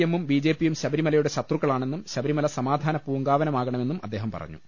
എമ്മും ബിജെപിയും ശബരിമലയുടെ ശത്രുക്കളാണെന്നും ശബരിമല സമാധാന പൂങ്കാവനമാകണമെന്നും അദ്ദേഹം പറഞ്ഞു